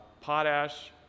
Potash